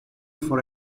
for